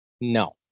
No